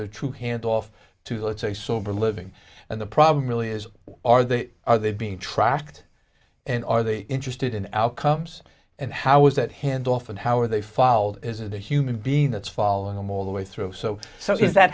a true handoff to let's say sober living and the problem really is are they are they being tracked and are they interested in outcomes and how is that handoff and how are they filed as a human being that's following them all the way through so is that